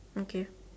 okay